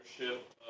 ownership